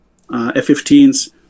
F-15s